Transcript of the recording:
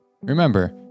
Remember